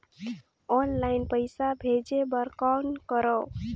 Online पईसा भेजे बर कौन करव?